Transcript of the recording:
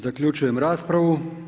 Zaključujem raspravu.